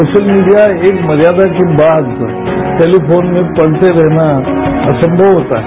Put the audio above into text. social media एक मर्यादा के बाद टेलिफोन मे पढते रहना बहुत असंभव होता है